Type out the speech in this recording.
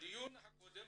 בדיון הקודם